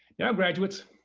now, graduates,